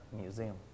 Museum